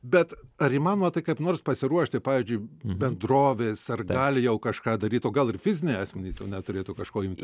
bet ar įmanoma tai kaip nors pasiruošti pavyzdžiui bendrovės ar gali jau kažką daryt o gal ir fiziniai asmenys jau net turėtų kažko imti